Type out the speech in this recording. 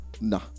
Nah